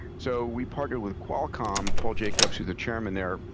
so we partnered with qualcomm. paul jacobs who's the chairman there,